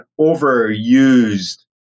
overused